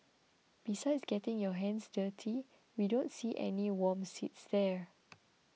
besides getting your hands dirty we don't see any warm seats there